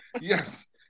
Yes